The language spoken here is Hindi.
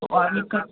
तो आर्मी कट